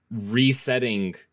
resetting